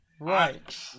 Right